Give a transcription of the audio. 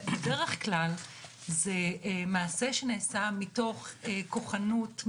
בדרך כלל זה מעשה שנעשה מתוך כוחנות,